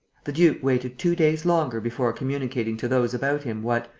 the duke waited two days longer before communicating to those about him what,